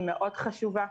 היא מאוד חשובה.